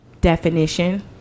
definition